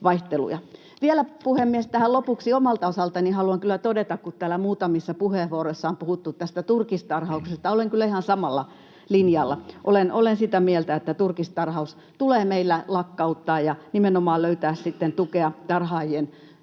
Vielä, puhemies, tähän lopuksi omalta osaltani haluan kyllä todeta, kun täällä muutamissa puheenvuoroissa on puhuttu tästä turkistarhauksesta, että olen kyllä ihan samalla linjalla. Olen sitä mieltä, että turkistarhaus tulee meillä lakkauttaa ja nimenomaan löytää sitten tukea tarhaajille